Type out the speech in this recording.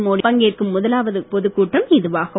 மோடி பங்கேற்கும் முதலாவது பொதுக்கூட்டம் இதுவாகும்